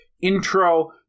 intro